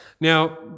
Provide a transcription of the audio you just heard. Now